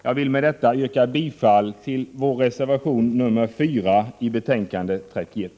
Jag vill med detta yrka bifall till vår reservation nr 4 i betänkandet 31.